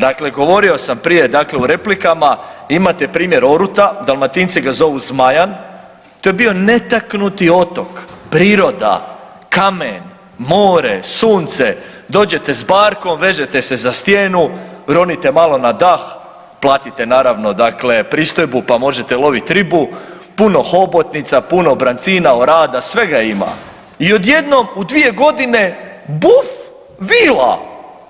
Dakle, govorio sam prije u replikama imate primjer Oruta, Dalmatinci ga zovu Zmajan, to je bio netaknuti otok, priroda, kamen, more, sunce, dođete s barkom vežete se za stijenu ronite malo na dah, platite naravno pristojbu pa možete loviti ribu, puno hobotnica, puno brancina, orada, svega ima i odjednom u dvije godine buf vila,